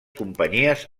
companyies